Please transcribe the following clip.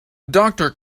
doctor